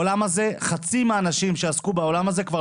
חצי מהאנשים שהתפרנסו מהעולם הזה כבר